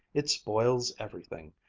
it spoils everything.